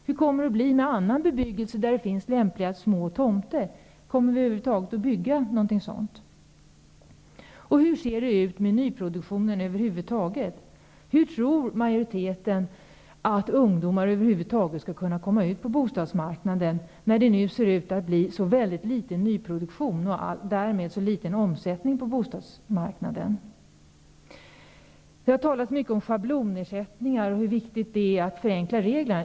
Hur kommer det att bli med annan bebyggelse där det finns lämpliga små tomter? Kommer det att över huvud taget byggas någonting på dessa? Hur kommer nyproduktionen att se ut i det stora hela? Hur tror majoriteten att ungdomar skall kunna komma ut på bostadsmarknaden, när det nu ser ut att bli så liten nyproduktion och därmed så liten omsättning? Det har talats mycket om schablonersättningar och om hur viktigt det är att förenkla reglerna.